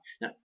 Now